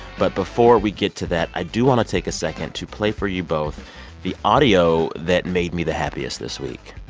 but before we get to that, i do want to take a second to play for you both the audio that made me the happiest this week.